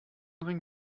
ring